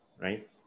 right